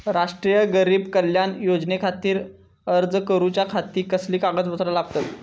राष्ट्रीय गरीब कल्याण योजनेखातीर अर्ज करूच्या खाती कसली कागदपत्रा लागतत?